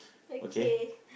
okay